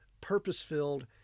purpose-filled